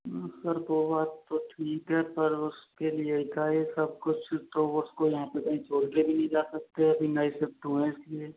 तो सर वो बात तो ठीक है पर उसके लिए एकाएक अब कुछ तो उसको यहाँ पे कहीं छोड़ के भी नहीं जा सकते अभी नए शिफ्ट हुए हैं इसलिए